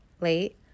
late